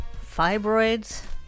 fibroids